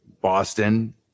Boston